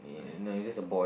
uh no it's just a boy